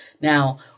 Now